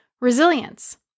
resilience